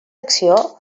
acció